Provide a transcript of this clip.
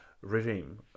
regime